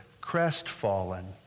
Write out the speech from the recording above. Crestfallen